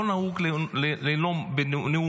לא נהוג לנאום נאום מלא באנגלית.